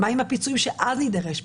מה עם הפיצויים שאז יידרשו?